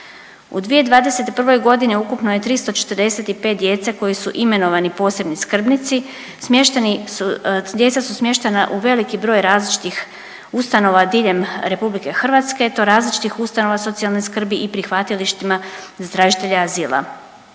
U 2021. godini ukupno je 345 djece koji su imenovani posebni skrbnici smješteni su, djeca su smještena u veliki broj različitih ustanova diljem Republike Hrvatske i to različitih ustanova socijalne skrbi i prihvatilištima za tražitelje azila.